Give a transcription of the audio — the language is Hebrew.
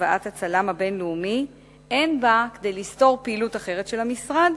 הבאת הצלם הבין-לאומי אין בה כדי לסתור פעילות אחרת של המשרד,